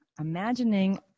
Imagining